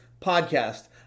Podcast